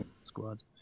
squad